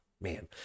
Man